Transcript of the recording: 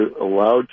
allowed